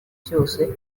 cyose